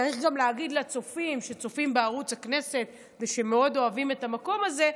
צריך גם להגיד לצופים שצופים בערוץ הכנסת ושמאוד אוהבים את המקום הזה,